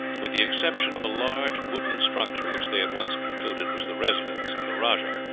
with the exception of a large wooden structure, which they at once concluded was the residence of the rajah.